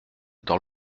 dans